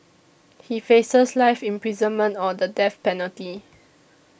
he faces life imprisonment or the death penalty